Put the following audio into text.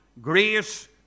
Grace